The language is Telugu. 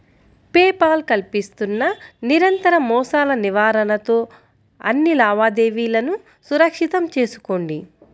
పే పాల్ కల్పిస్తున్న నిరంతర మోసాల నివారణతో అన్ని లావాదేవీలను సురక్షితం చేసుకోండి